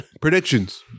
predictions